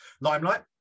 limelight